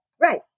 Right